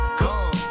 come